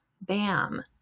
Bam